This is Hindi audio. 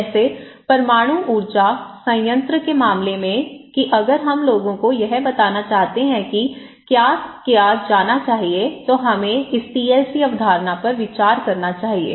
जैसे परमाणु ऊर्जा संयंत्र के मामले में कि अगर हम लोगों को यह बताना चाहते हैं कि क्या किया जाना चाहिए तो हमें इस टीएलसी अवधारणा पर विचार करना चाहिए